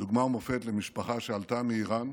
דוגמה ומופת למשפחה שעלתה מאיראן,